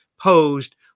posed